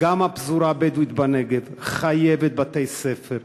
גם הפזורה הבדואית בנגב חייבת בתי-ספר,